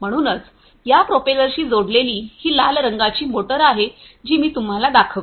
म्हणूनच या प्रोपेलर्सशी जोडलेली ही लाल रंगाची मोटर आहे जी मी तुम्हाला दाखवली